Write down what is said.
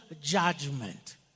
judgment